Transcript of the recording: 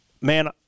Man